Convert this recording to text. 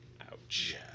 Ouch